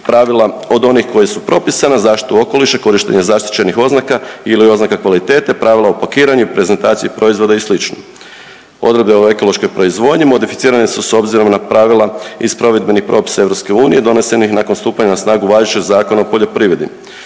pravila od onih koja su propisana, zaštitu okoliša, korištenje zaštićenih oznaka ili oznaka kvalitete, pravila o pakiranju, prezentaciji proizvoda i slično. Odredbe o ekološkoj proizvodnji modificirane su s obzirom na pravila iz provedbenih propisa EU donesenih nakon stupanja na snagu važećeg Zakona o poljoprivredi,